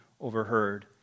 overheard